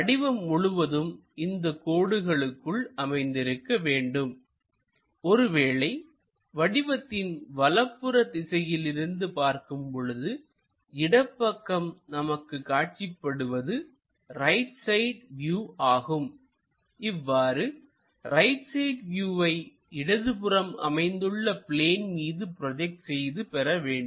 வடிவம் முழுவதும் இந்த கோடுகளுக்குள் அமைந்திருக்க வேண்டும் ஒருவேளை வடிவத்தின் வலப்புற திசையிலிருந்து பார்க்கும் பொழுது இடது பக்கம் நமக்கு காட்சிப்படுவது ரைட் சைடு வியூ ஆகும் இவ்வாறு ரைட் சைடு வியூவை இடது புறம் அமைந்துள்ள பிளேன் மீது ப்ரோஜெக்ட் செய்து பெற வேண்டும்